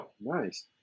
Nice